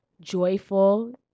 joyful